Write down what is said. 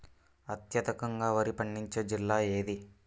అత్యధికంగా వరి పండించే జిల్లా ఏది?